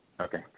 Okay